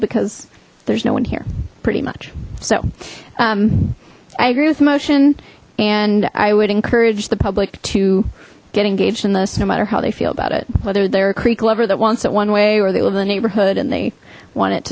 because there's no one here pretty much so i agree with motion and i would encourage the public to get engaged in this no matter how they feel about it whether they're a creek lover that wants it one way or they live in the neighborhood and they want it